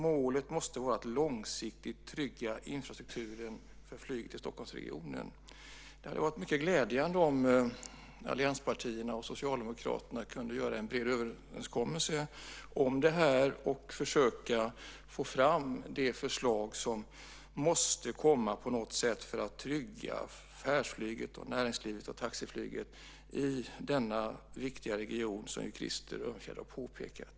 Målet måste vara att långsiktigt trygga infrastrukturen för flyget i Stockholmsregionen". Det hade varit mycket glädjande om allianspartierna och Socialdemokraterna hade kunnat göra en överenskommelse om det här och försöka få fram det förslag som måste komma på något sätt för att trygga näringslivet, affärsflyget och taxiflyget i denna viktiga region, som ju Krister Örnfjäder har påpekat.